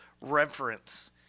reference